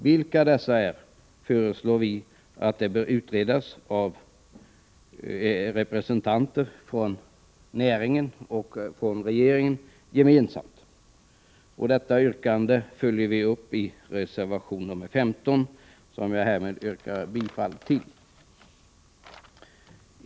Vilka dessa bör vara föreslår vi skall utredas av representanter för näringen och regeringen gemensamt. Detta yrkande följer vi upp i reservation 15, som jag härmed yrkar bifall till.